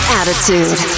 attitude